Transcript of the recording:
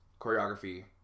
Choreography